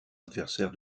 adversaire